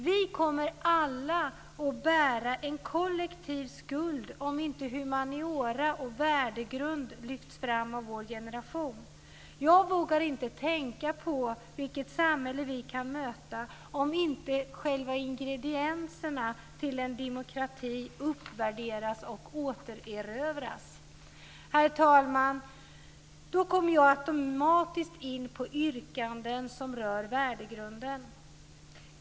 Vi kommer alla att bära en kollektiv skuld om inte humaniora och värdegrund lyfts fram av vår generation. Jag vågar inte tänka på vilket samhälle vi kan möta om inte själva ingredienserna i demokratin uppvärderas och återerövras. Herr talman! Då kommer jag automatiskt in på yrkanden som rör värdegrunden.